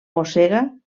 mossega